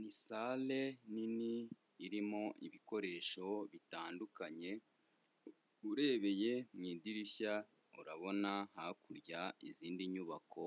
Ni sale nini irimo ibikoresho bitandukanye, urebeye mu idirishya, urabona hakurya izindi nyubako